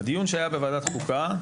בדיון שהיה בוועדת חוקה,